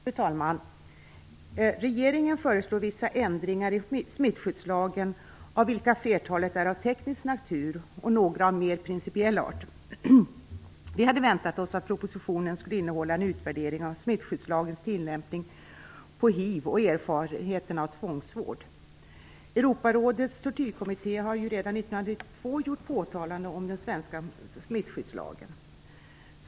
Fru talman! Regeringen föreslår vissa ändringar i smittskyddslagen av vilka flertalet är av teknisk natur och några av mer principiell art. Vi hade väntat oss att propositionen skulle innehållit en utvärdering av smittskyddslagens tillämpning på hiv och erfarenheterna av tvångsvård. Europarådets tortyrkommitté har ju redan 1992 gjort påtalanden om den svenska smittskyddslagen.